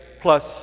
plus